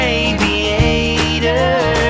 aviator